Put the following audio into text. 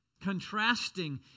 Contrasting